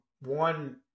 one